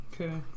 Okay